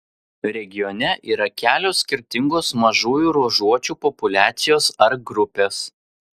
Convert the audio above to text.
regione yra kelios skirtingos mažųjų ruožuočių populiacijos ar grupės